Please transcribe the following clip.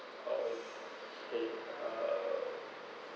okay uh